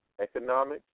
economics